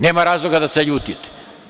Nema razloga da se ljutite.